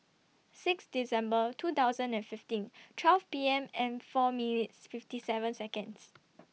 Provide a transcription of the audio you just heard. six December two thousand and fifteen twelve P M and four minutes fifty seven Seconds